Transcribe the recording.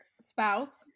spouse